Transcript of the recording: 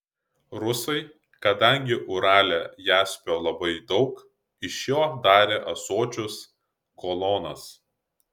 rusai kadangi urale jaspio labai daug iš jo darė ąsočius kolonas